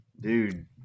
dude